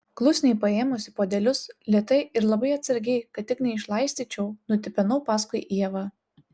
klusniai paėmusi puodelius lėtai ir labai atsargiai kad tik neišlaistyčiau nutipenau paskui ievą